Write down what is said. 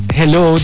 hello